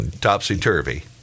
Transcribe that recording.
topsy-turvy